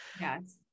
yes